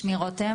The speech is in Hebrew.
שמי רותם,